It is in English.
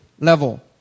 level